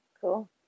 Cool